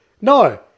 No